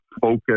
focus